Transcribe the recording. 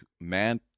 Man